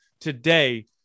today